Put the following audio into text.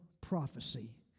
prophecy